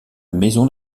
maison